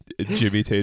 Jimmy